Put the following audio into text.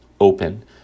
open